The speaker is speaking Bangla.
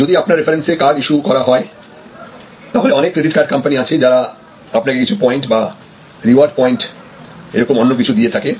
যদি আপনার রেফারেন্সে কার্ড ইস্যু করা হয় তাহলেঅনেক ক্রেডিট কার্ড কোম্পানি আছে যারা আপনাকে কিছু পয়েন্ট বা রিওয়ার্ড পয়েন্ট এরকম অন্য কিছু দিয়ে থাকে